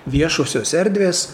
viešosios erdvės